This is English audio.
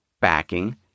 backing